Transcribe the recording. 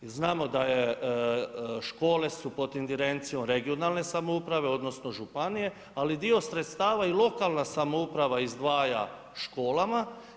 Znamo da je, škole su pod ingerencijom regionalne samouprave, odnosno županije ali dio sredstava i lokalna samouprava izdvaja školama.